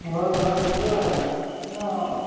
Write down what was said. ᱦᱚᱭ ᱦᱚᱭ ᱤᱭᱟᱹ